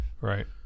Right